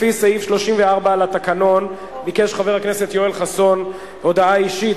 לפי סעיף 34 לתקנון ביקש חבר הכנסת יואל חסון הודעה אישית